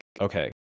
okay